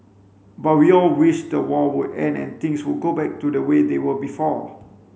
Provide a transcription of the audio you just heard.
but we all wished the war would end and things would go back to the way they were before